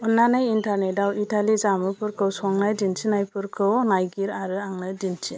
अन्नानै इन्टार्नेटआव इतालि जामुफोरखौ संनाय दिन्थिनायफोरखौ नायगिर आरो आंनो दिन्थि